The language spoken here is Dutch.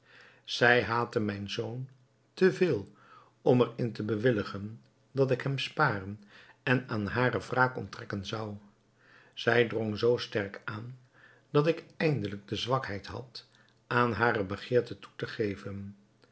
zij haatte mijn zoon te veel om er in te bewilligen dat ik hem sparen en aan hare wraak onttrekken zou zij drong zoo sterk aan dat ik eindelijk de zwakheid had aan hare begeerte toe te geven